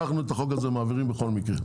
אנחנו את החוק הזה מעבירים בכל מקרה.